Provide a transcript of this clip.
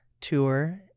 tour